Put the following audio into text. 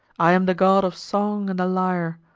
i am the god of song and the lyre.